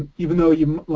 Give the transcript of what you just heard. even though you,